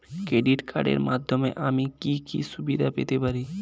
Credit কার্ডের মাধ্যমে আমি কি কি সুবিধা পেতে পারি?